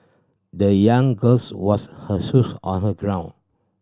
the young girls washed her shoes on her grown